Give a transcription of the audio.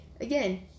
again